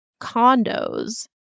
condos